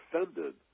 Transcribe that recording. offended